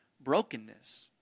brokenness